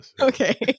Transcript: Okay